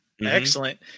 Excellent